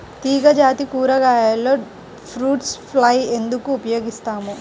తీగజాతి కూరగాయలలో fruit fly ఎందుకు ఉపయోగిస్తాము?